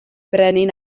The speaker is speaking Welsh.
brenin